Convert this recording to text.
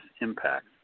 impact